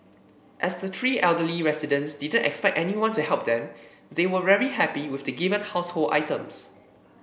as the three elderly residents didn't expect anyone to help them they were very happy with the given household items